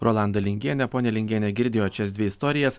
rolanda lingienė ponia lingienė girdėjot šias dvi istorijas